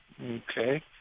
Okay